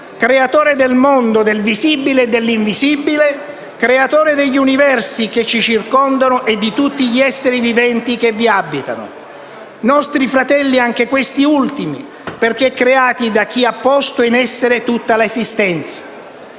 creatore del mondo, del visibile e dell'invisibile, creatore degli universi che ci circondano e di tutti gli esseri viventi che vi abitano, nostri fratelli anche questi ultimi perché creati da chi ha posto in essere tutta l'esistenza.